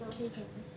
K drama